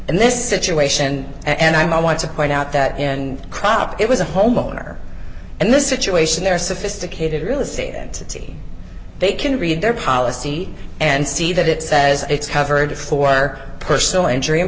in this situation and i want to point out that in crop it was a homeowner and the situation there sophisticated real estate entity they can read their let's see and see that it says it's covered for personal injury and